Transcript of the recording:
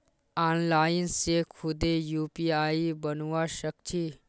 online से खुदे UPI बनवा सक छी